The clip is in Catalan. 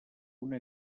una